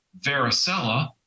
varicella